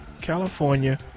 California